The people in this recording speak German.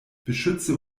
beschütze